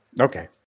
Okay